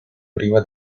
priva